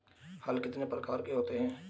हल कितने प्रकार के होते हैं?